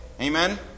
Amen